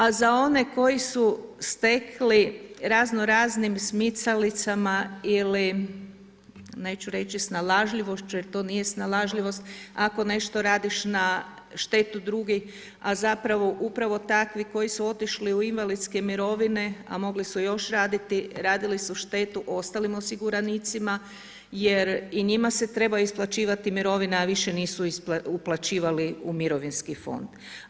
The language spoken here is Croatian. A za one koji su stekli razno raznim smicalicama ili neću reći snalažljivošću, jer to nije snalažljivost, ako nešto radiš na štetu drugih, a zapravo upravo takvi koji su otišli u invalidske mirovine, a mogli su još raditi, radili su štetu ostalim osiguranicima jer i njima se treba isplaćivali mirovine, a više nisu uplaćivali u mirovinski fond.